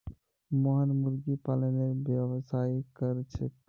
मोहन मुर्गी पालनेर व्यवसाय कर छेक